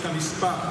אתה מספר.